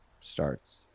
starts